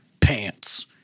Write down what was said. pants